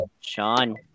Sean